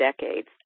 decades